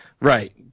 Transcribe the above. Right